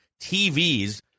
TVs